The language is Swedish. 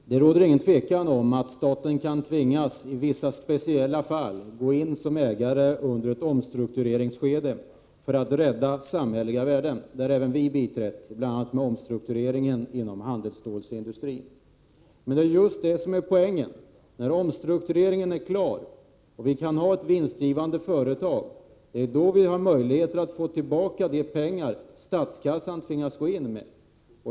Fru talman! Det råder inget tvivel om att staten i vissa speciella fall kan tvingas gå in som ägare under ett omstruktureringsskede för att rädda samhälleliga värden. Det har även vi biträtt, bl.a. vid omstruktureringen inom handelsstålsindustrin. Men poängen är ju just att när omstruktureringen är klar och företaget blivit vinstgivande, har vi möjligheter att få tillbaka de pengar statskassan tvingats gå in med.